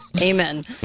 Amen